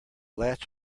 latch